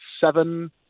seven